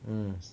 mm